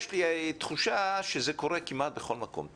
יש לי תחושה שזה קורה כמעט בכל מקום.